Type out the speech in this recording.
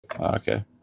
Okay